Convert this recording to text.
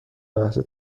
لحظه